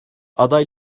aday